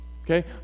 Okay